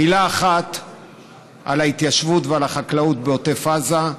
מילה אחת על ההתיישבות ועל החקלאות בעוטף הזה.